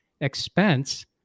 expense